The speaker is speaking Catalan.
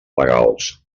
legals